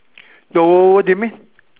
what do you mean